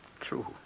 True